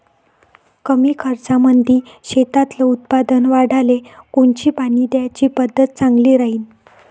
कमी खर्चामंदी शेतातलं उत्पादन वाढाले कोनची पानी द्याची पद्धत चांगली राहीन?